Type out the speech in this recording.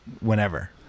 whenever